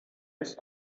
ist